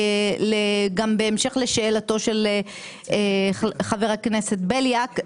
גם בהמשך לשאלתו של חבר הכנסת בליאק,